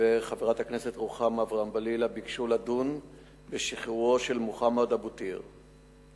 וחברת הכנסת רוחמה אברהם-בלילא ביקשו לדון בשחרורו של מוחמד אבו טיר.